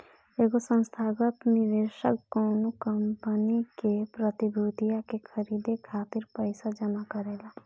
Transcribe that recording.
एगो संस्थागत निवेशक कौनो कंपनी के प्रतिभूतियन के खरीदे खातिर पईसा जमा करेला